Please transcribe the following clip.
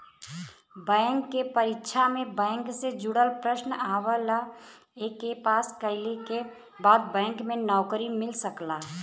bank के परीक्षा में बैंक से जुड़ल प्रश्न आवला एके पास कइले के बाद बैंक में नौकरी मिल सकला